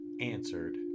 answered